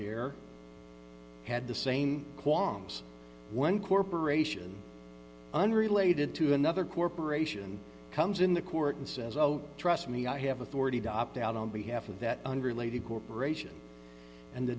there had the same qualms one corporation unrelated to another corporation comes in the court and says oh trust me i have authority to opt out on behalf of that unrelated corporation and the